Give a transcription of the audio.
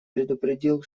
предупредил